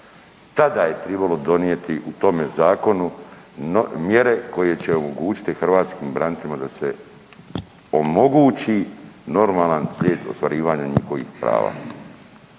Tada je bilo donijeti tome zakonu nove mjere koje će omogućiti hrvatskim braniteljima da se omogući normalan slijed ostvarivanja svojih prava.